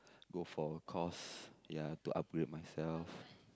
go for course ya to upgrade myself